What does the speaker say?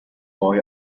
boy